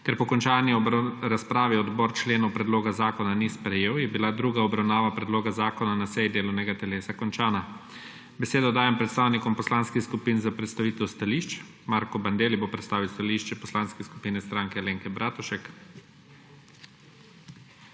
Ker po končani razpravi odbor členov predloga zakona ni sprejel, je bila druga obravnava predloga zakona na seji delovnega telesa končana. Besedo dajem predstavnikom poslanskih skupin za predstavitev stališč. Marko Bandelli bo predstavil stališče Poslanske skupine Stranke Alenke Bratušek.